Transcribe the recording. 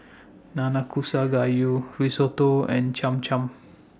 Nanakusa Gayu Risotto and Cham Cham